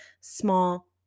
small